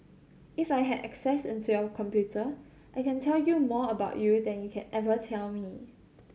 if I had access into your computer I can tell you more about you than you can ever tell me